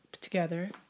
together